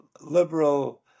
liberal